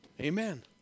Amen